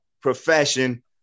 profession